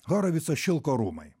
horovico šilko rūmai